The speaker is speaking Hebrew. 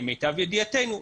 למיטב ידיעתנו,